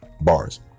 bars